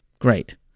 Great